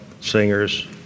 singers